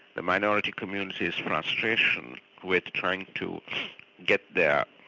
the minority community's frustration with trying to get their